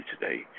today